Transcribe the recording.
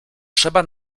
trzeba